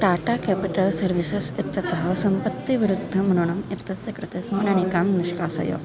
Tata capital services इत्यतः सम्पत्तिविरुद्धमणम् इत्यस्य कृते स्मरणिकां निष्कासय